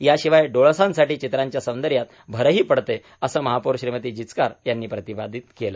याशिवाय डोळसांसाठी चित्रांच्या सौंदर्यात भरही पडते असेही महापौर श्रीमती जिचकार यांनी प्रतिपादीत केले